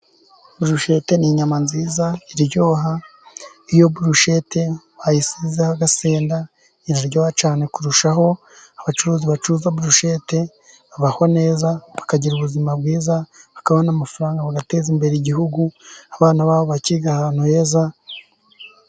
Burushete ni inyama nziza iryoha, iyo burushete bayisizeho agasenda iryoha cyane kurushaho, abacuruzi bacuruza burushete babaho neza bakagira ubuzima bwiza, bakabona n'amafaranga bagateza imbere igihugu, abana babo bakiga ahantu heza.